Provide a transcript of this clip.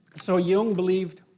so jung believed